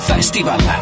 Festival